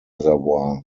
reservoir